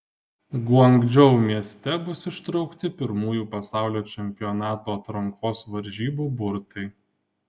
guangdžou mieste bus ištraukti pirmųjų pasaulio čempionato atrankos varžybų burtai